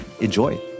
enjoy